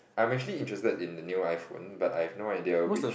I'm actually interested in the new iPhone but I have no idea which